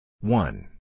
one